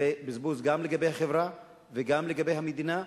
בזבוז גם לגבי החברה וגם לגבי המדינה,